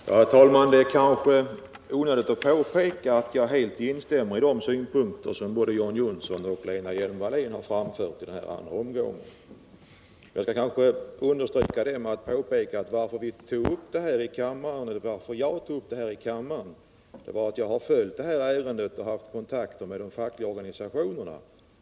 Herr talman! Det är kanske onödigt att påpeka att jag helt instämmer i de synpunkter som John Johnsson och Lena Hjelm-Wallén har framfört i den andra omgången. Anledningen till att jag tog upp det här i kammaren är att jag har följt detta ärende och haft kontakter med de fackliga organisationerna.